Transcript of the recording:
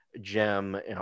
gem